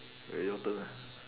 okay your turn lah